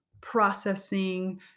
processing